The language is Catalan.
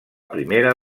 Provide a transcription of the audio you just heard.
primera